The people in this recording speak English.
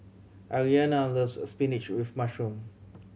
Aryana loves a spinach with mushroom